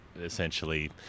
essentially